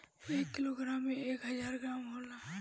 एक किलोग्राम में एक हजार ग्राम होला